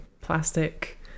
plastic